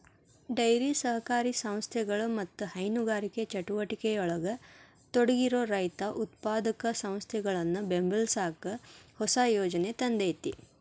dairy ಸಹಕಾರಿ ಸಂಸ್ಥೆಗಳು ಮತ್ತ ಹೈನುಗಾರಿಕೆ ಚಟುವಟಿಕೆಯೊಳಗ ತೊಡಗಿರೋ ರೈತ ಉತ್ಪಾದಕ ಸಂಸ್ಥೆಗಳನ್ನ ಬೆಂಬಲಸಾಕ ಹೊಸ ಯೋಜನೆ ತಂದೇತಿ